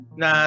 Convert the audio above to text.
na